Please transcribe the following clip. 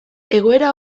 egoera